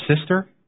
sister